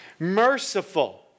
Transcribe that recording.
merciful